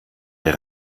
der